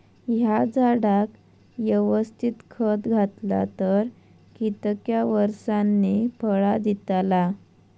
हया झाडाक यवस्तित खत घातला तर कितक्या वरसांनी फळा दीताला?